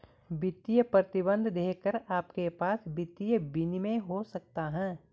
वित्तीय प्रतिबंध देखकर आपके पास वित्तीय विनियमन हो सकता है